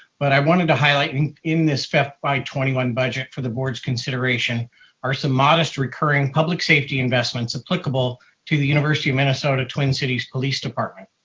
but i wanted to highlight in this fy twenty one budget for the board's consideration are some modest recurring public safety investments applicable to the university of minnesota twin cities police department.